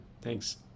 thanks